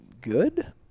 good